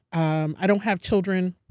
um i don't have children,